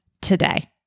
today